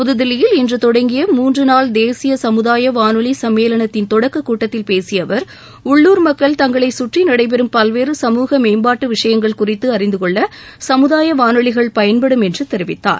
புதுதில்லியில் இன்று தொடங்கி மூன்று நாள் நடைபெறும் தேசிய சமுதாய வானொலி சம்மேளனத்தின் தொடக்க கூட்டத்தில் பேசிய அவர் உள்ளுர் மக்கள் தங்களை கற்றி நடைபெறும் பல்வேறு சமூக மேம்பாட்டு விஷயங்கள் குறித்து அறிந்துகொள்ள சமுதாய வானொலிகள் பயன்படும் என்று தெரிவித்தார்